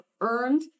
earned